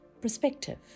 perspective